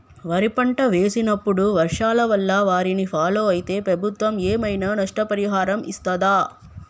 వరి పంట వేసినప్పుడు వర్షాల వల్ల వారిని ఫాలో అయితే ప్రభుత్వం ఏమైనా నష్టపరిహారం ఇస్తదా?